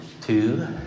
two